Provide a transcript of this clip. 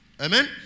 Amen